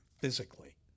physically